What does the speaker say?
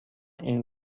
این